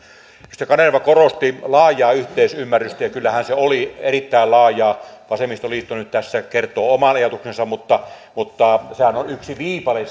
edustaja kanerva korosti laajaa yhteisymmärrystä ja kyllähän se oli erittäin laajaa vasemmistoliitto nyt tässä kertoo oman ajatuksensa mutta sehän on yksi viipale